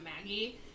Maggie